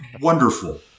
wonderful